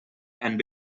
and